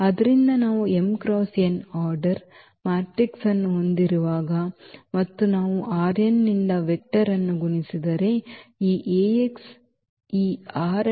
ಆದ್ದರಿಂದ ನಾವು m cross n ಆರ್ಡರ್ನ ಮ್ಯಾಟ್ರಿಕ್ಸ್ ಅನ್ನು ಹೊಂದಿರುವಾಗ ಮತ್ತು ನಾವು ನಿಂದ ವೆಕ್ಟರ್ ಅನ್ನು ಗುಣಿಸಿದರೆ ಈ ಈ ಜಾಗದಲ್ಲಿ ವೆಕ್ಟರ್ ಆಗಿರುತ್ತದೆ